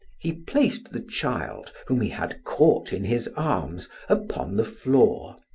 he placed the child, whom he had caught in his arms, upon the floor,